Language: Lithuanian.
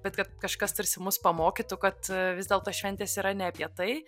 bet kad kažkas tarsi mus pamokytų kad vis dėlto šventės yra ne apie tai